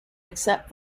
except